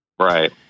Right